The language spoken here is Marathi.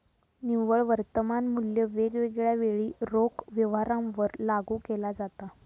निव्वळ वर्तमान मुल्य वेगवेगळ्या वेळी रोख व्यवहारांवर लागू केला जाता